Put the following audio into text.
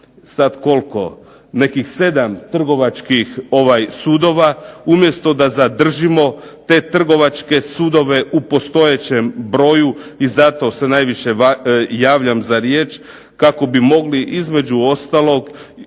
sad koliko nekih 7 trgovačkih sudova umjesto da zadržimo te trgovačke sudove u postojećem broju i zato se najviše javljam za riječ kako bi mogli između ostalog